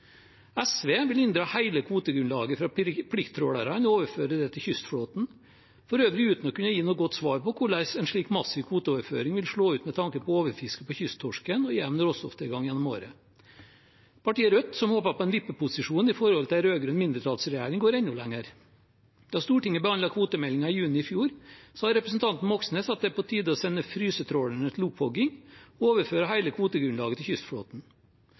SV vil inndra hele kvotegrunnlaget fra plikttrålerne og overføre det til kystflåten, for øvrig uten å kunne gi noe godt svar på hvordan en slik massiv kvoteoverføring vil slå ut med tanke på overfiske på kysttorsken og jevn råstofftilgang gjennom året. Partiet Rødt, som håper på en vippeposisjon overfor en rød-grønn mindretallsregjering, går enda lenger. Da Stortinget behandlet kvotemeldingen i juni i fjor, sa representanten Moxnes at det er på tide å sende frysetrålerne til opphogging og overføre hele kvotegrunnlaget til kystflåten.